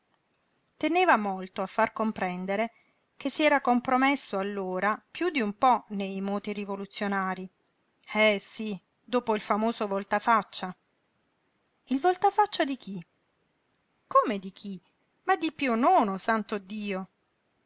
teneva molto a far comprendere che si era compromesso allora piú d'un po nei moti rivoluzionarii eh sí dopo il famoso voltafaccia il voltafaccia di chi come di chi ma di io santo dio